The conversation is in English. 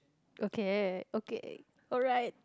okay okay alright